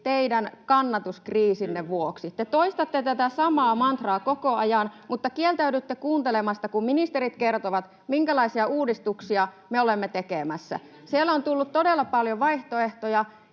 teidän kannatuskriisinne vuoksi, te toistatte tätä samaa mantraa koko ajan, mutta kieltäydytte kuuntelemasta, kun ministerit kertovat, minkälaisia uudistuksia me olemme tekemässä. [Välihuutoja keskustan ryhmästä] Siellä on tullut todella paljon vaihtoehtoja